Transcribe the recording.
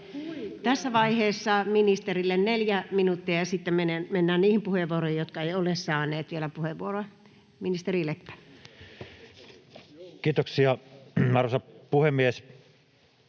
Tässä vaiheessa ministerille 4 minuuttia, ja sitten mennään niihin puhujiin, jotka eivät ole saaneet vielä puheenvuoroa. — Ministeri Leppä. Kiitoksia, arvoisa puhemies!